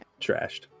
trashed